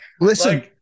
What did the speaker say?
Listen